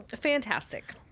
Fantastic